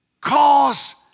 cause